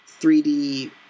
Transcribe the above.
3D